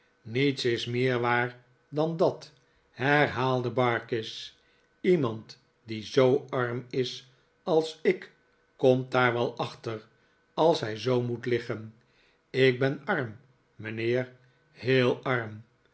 niets is meer waar dan dat herhaalde barkis iemand die zoo arm is als ik komt daar wel achter als hij zoo moet liggen ik ben arm mijnheer heel arm